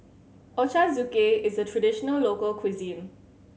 ochazuke is a traditional local cuisine